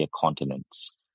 continents